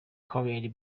carrier